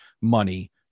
money